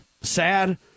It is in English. Sad